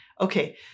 Okay